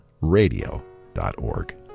Radio.org